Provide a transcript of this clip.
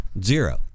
Zero